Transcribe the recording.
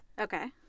Okay